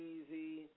Easy